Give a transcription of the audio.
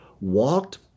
walked